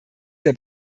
der